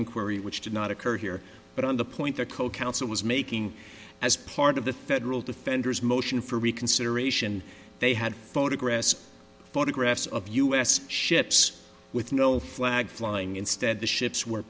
inquiry which did not occur here but on the point the co counsel was making as part of the federal defender's motion for reconsideration they had photographs photographs of u s ships with no flag flying instead the ships were